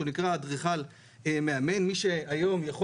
שנקרא "אדריכל מאמן" מי שהיום יכול